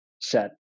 set